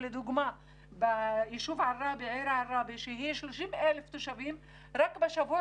לדוגמה בעיר עראבה שהיא 30,000 תושבים רק בשבוע